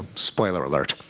spoiler alert.